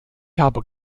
habe